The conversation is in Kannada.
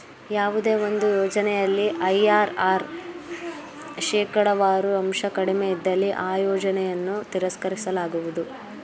ಯಾವುದೇ ಒಂದು ಯೋಜನೆಯಲ್ಲಿ ಐ.ಆರ್.ಆರ್ ಶೇಕಡವಾರು ಅಂಶ ಕಡಿಮೆ ಇದ್ದಲ್ಲಿ ಆ ಯೋಜನೆಯನ್ನು ತಿರಸ್ಕರಿಸಲಾಗುವುದು